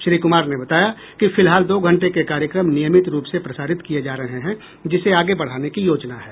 श्री कुमार ने बताया कि फिलहाल दो घंटे के कार्यक्रम नियमित रूप से प्रसारित किए जा रहे हैं जिसे आगे बढ़ाने की योजना है